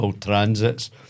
transits